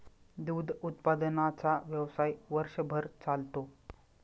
दूध उत्पादनाचा व्यवसाय वर्षभर चालतो